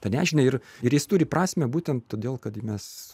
tą nežinią ir ir jis turi prasmę būtent todėl kad mes